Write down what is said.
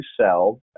sell